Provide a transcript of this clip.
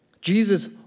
Jesus